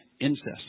incest